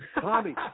Tommy